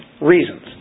reasons